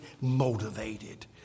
motivated